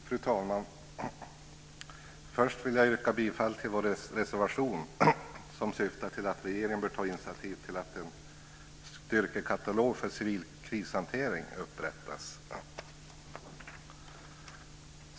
Fru talman! Först vill jag yrka bifall till vår reservation, i vilken vi föreslår att regeringen bör ta initiativ till att en styrkekatalog för civil krishantering upprättas.